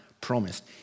promised